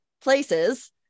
places